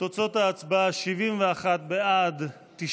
לביטול אזרחותו או תושבותו של פעיל טרור שמקבל